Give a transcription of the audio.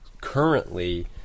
currently